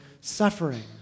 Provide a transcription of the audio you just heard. suffering